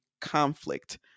conflict